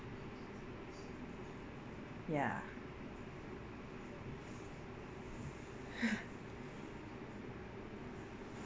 ya